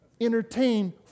entertain